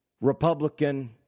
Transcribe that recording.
Republican